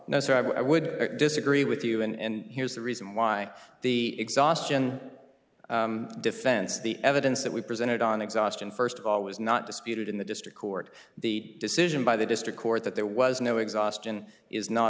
so i would disagree with you and here's the reason why the exhaustion defense the evidence that we presented on exhaustion first of all was not disputed in the district court the decision by the district court that there was no exhaustion is not